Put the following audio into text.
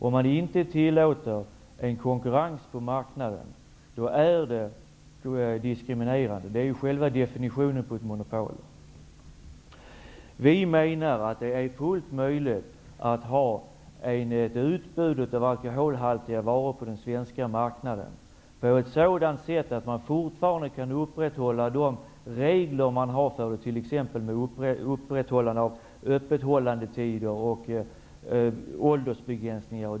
Om man inte tillåter en konkurrens på marknaden, är det diskriminering. Det säger själva definitionen på ett monopol. Vi menar att det är fullt möjligt att ha ett utbud av alkoholhaltiga varor på den svenska marknaden på ett sådant sätt att man fortfarande kan upprätthålla de regler som vi har för t.ex. öppethållandetider och åldersgräns.